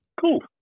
Cool